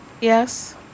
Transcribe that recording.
Yes